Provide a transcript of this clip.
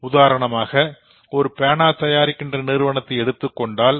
உதாரணமாக ஒரு பேனா தயாரிக்கின்ற நிறுவனத்தை எடுத்துக்கொண்டால்